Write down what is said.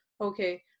okay